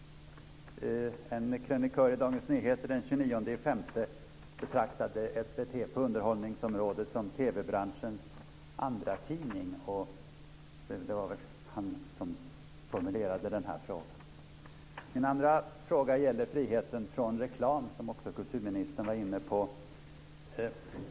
Den 29 maj skrev en krönikör i Dagens Nyheter att han betraktade SVT på underhållningsområdet som TV-branschens andratidning. Det var han som formulerade den här frågan. Min andra fråga gäller frihet från reklam som också kulturministern var inne på.